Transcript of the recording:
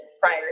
prior